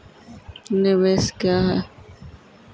निवेश क्या है?